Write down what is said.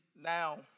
now